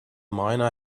miner